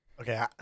Okay